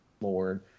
lord